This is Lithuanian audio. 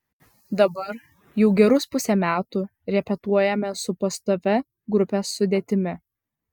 dabar jau gerus pusę metų repetuojame su pastovia grupės sudėtimi